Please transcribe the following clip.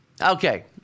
Okay